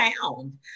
found